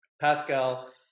Pascal